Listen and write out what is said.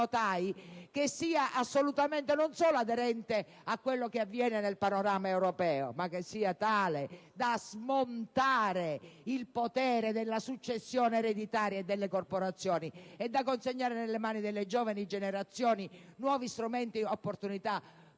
che sia assolutamente non solo aderente a quello che avviene nel panorama europeo, ma anche tale da smontare il potere della successione ereditaria e delle corporazioni. Sono da consegnare nelle mani delle giovani generazioni nuovi strumenti ed opportunità